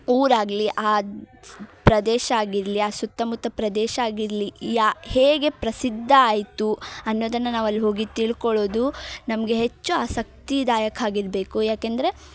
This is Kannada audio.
ಊರಾಗಲಿ ಅದು ಪ್ರದೇಶ ಆಗಿರಲಿ ಆ ಸುತ್ತಮುತ್ತ ಪ್ರದೇಶ ಆಗಿರಲಿ ಯ ಹೇಗೆ ಪ್ರಸಿದ್ಧ ಆಯಿತು ಅನ್ನೋದನ್ನು ನಾವು ಅಲ್ಲಿ ಹೋಗಿ ತಿಳ್ಕೊಳೋದು ನಮಗೆ ಹೆಚ್ಚು ಆಸಕ್ತಿದಾಯಕ ಆಗಿರ್ಬೇಕು ಯಾಕೆಂದರೆ